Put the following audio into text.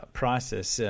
process